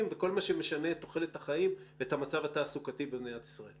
וכל מה שמשנה את תוחלת החיים ואת המצב התעסוקתי במדינת ישראל.